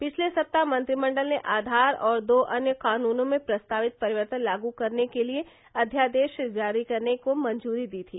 पिछले सप्ताह मंत्रिमंडल ने आधार और दो अन्य कानूनों में प्रस्तावित परिवर्तन लागू करने के लिए अध्यादेश जारी करने को मंजूरी दी थी